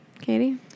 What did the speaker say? katie